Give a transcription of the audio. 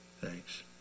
thanks